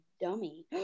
dummy